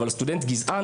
אבל סטודנט גזען,